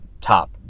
top